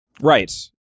right